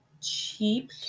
Cheap